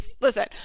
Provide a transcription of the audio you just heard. Listen